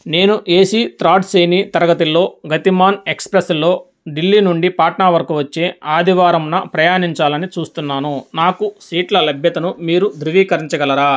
నేను AC third శ్రేణి తరగతిలో గతిమాన్ ఎక్స్ప్రెస్లో ఢిల్లీ నుండి పాట్నా వరకు వచ్చే ఆదివారాంన్న ప్రయాణించాలని చూస్తున్నాను నాకు సీట్ల లభ్యతను మీరు ధృవీకరించగలరా